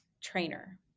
trainer